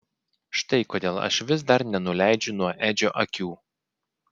štai kodėl aš vis dar nenuleidžiu nuo edžio akių